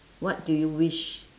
what do you wish